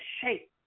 shape